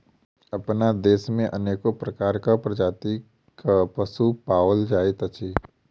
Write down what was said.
अपना देश मे अनेको प्रकारक प्रजातिक पशु पाओल जाइत अछि